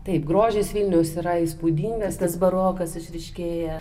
taip grožis vilniaus yra įspūdingas tas barokas išryškėja